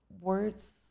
words